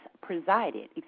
presided